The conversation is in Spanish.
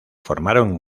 formaron